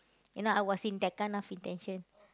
you know I was in that kind of intention